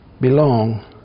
belong